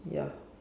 ya